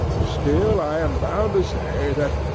still i am bound to say that,